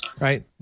right